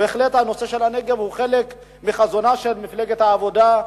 בהחלט הנושא של הנגב הוא חלק מחזונה של מפלגת העבודה,